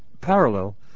parallel